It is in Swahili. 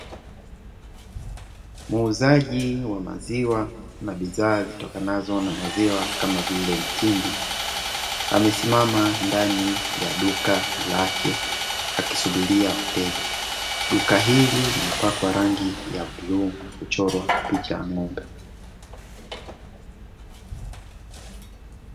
Muuzaji wa maziwa na bidhaa zitokanazo na maziwa kama vile mtindi, amesimama ndani ya duka lake akisubiria wateja; duka hili limepakwa rangi ya bluu na kuchorwa picha ya ng'ombe.